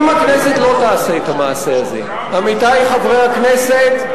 אם הכנסת לא תעשה את המעשה הזה, עמיתי חברי הכנסת,